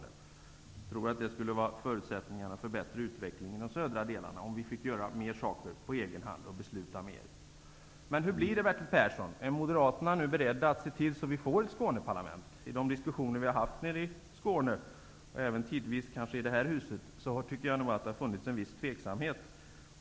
Jag tror att det skulle vara en förutsättning för bättre utveckling i de södra delarna om vi fick göra fler saker på egen hand och besluta mer. Hur blir det, Bertil Persson, är Moderaterna nu beredda att se till att vi får ett Skåneparlament? I de diskussioner vi har haft nere i Skåne, och tidvis även i det här huset, tycker jag nog att det har funnits en viss tveksamhet.